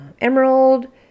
emerald